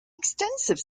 extensive